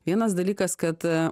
vienas dalykas kad a